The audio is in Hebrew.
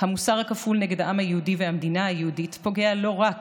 המוסר הכפול נגד העם היהודי והמדינה היהודית פוגע לא רק